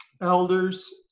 elders